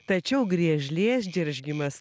tačiau griežlės džeržgimas